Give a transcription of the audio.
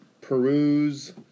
peruse